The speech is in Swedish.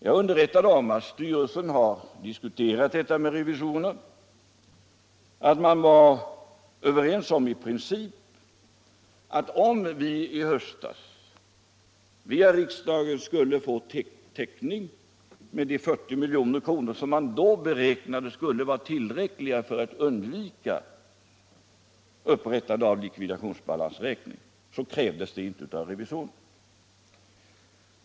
Jag underrättade om att styrelsen diskuterat detta med revisorerna och att man var överens I princip om alt om vit höstas via riksdagen skulle få täckning med de 40 milj.kr. man då beräknade som uillräckliga för att undvika upprättande av iikvidationsbalansräkning. så krävdes det inte något sådant av revisorerna.